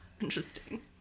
Interesting